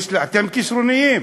באמת, אתם כישרוניים.